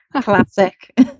Classic